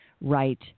right